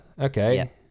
Okay